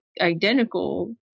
identical